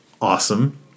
awesome